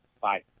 Bye